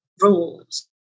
rules